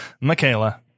Michaela